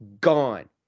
gone